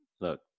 look